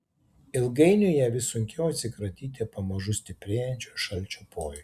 ilgainiui jai vis sunkiau atsikratyti pamažu stiprėjančio šalčio pojūčio